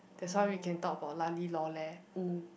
that's why we can talk about lah li loh leh !oo!